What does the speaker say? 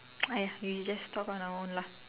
!aiya! we just talk on our own lah